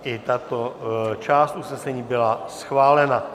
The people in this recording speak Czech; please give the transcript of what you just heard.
I tato část usnesení byla schválena.